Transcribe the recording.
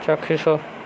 ଚାକ୍ଷୁଷ